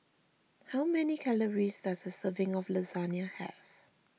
how many calories does a serving of Lasagna have